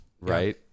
Right